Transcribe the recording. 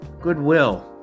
goodwill